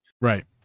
Right